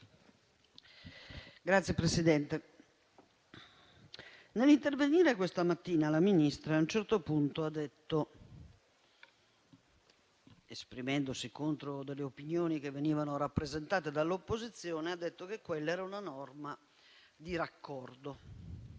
Signor Presidente, nell'intervenire questa mattina, la Ministra a un certo punto, esprimendosi contro alcune opinioni che venivano rappresentate dall'opposizione, ha detto che quella era una norma di raccordo.